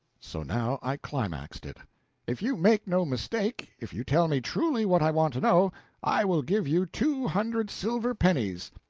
so now i climaxed it if you make no mistake if you tell me truly what i want to know i will give you two hundred silver pennies.